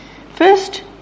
First